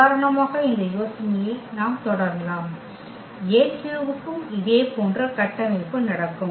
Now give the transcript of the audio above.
உதாரணமாக இந்த யோசனையை நாம் தொடரலாம் A3 க்கும் இதே போன்ற கட்டமைப்பு நடக்கும்